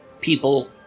people